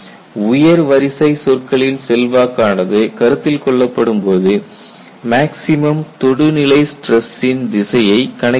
உயர் வரிசை சொற்களின் செல்வாக்கானது கருத்தில் கொள்ளப்படும் போது மேக்ஸிமம் தொடுநிலை ஸ்டிரஸ்சின் திசையைக் கணக்கிட வேண்டும்